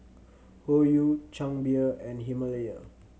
Hoyu Chang Beer and Himalaya